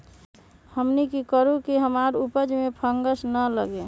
हमनी की करू की हमार उपज में फंगस ना लगे?